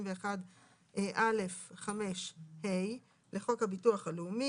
סעיף 371(א)(5)(ה) לחוק הביטוח הלאומי